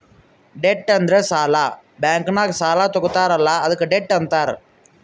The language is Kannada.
ಡೆಟ್ ಅಂದುರ್ ಸಾಲ, ಬ್ಯಾಂಕ್ ನಾಗ್ ಸಾಲಾ ತಗೊತ್ತಾರ್ ಅಲ್ಲಾ ಅದ್ಕೆ ಡೆಟ್ ಅಂತಾರ್